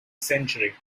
century